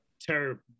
terrible